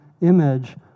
image